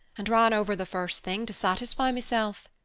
and ran over the first thing, to satisfy myself.